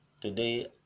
today